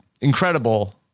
incredible